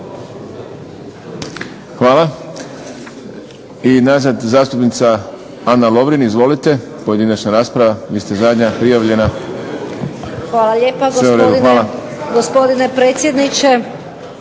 Hvala. I najzad zastupnica Ana Lovrin. Izvolite, pojedinačna rasprava. Vi ste zadnja prijavljena. **Lovrin, Ana (HDZ)** Hvala lijepa gospodine predsjedniče.